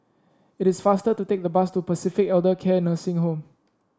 it is faster to take the bus to Pacific Elder Care Nursing Home